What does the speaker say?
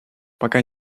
пока